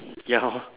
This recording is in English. ya lor